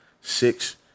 six